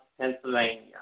Pennsylvania